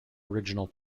original